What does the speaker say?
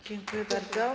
Dziękuję bardzo.